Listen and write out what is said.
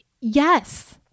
Yes